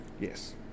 Yes